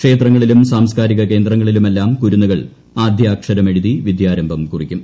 ക്ഷേത്രങ്ങളിലും സാംസ്കാരിക കേന്ദ്രങ്ങളിലുമെല്ലാം കുരുന്നുകൾ ആദ്യാക്ഷരമെഴുതി വിദ്യാരംഭം കുറിക്കും